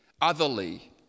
otherly